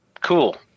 Cool